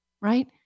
right